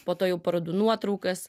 po to jau parodų nuotraukas